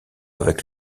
avec